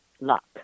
luck